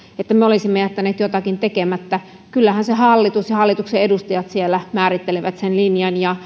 että me olisimme jättäneet jotakin tekemättä kyllähän hallitus ja hallituksen edustajat siellä määrittelevät sen linjan ja